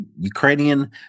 ukrainian